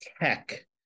tech